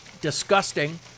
Disgusting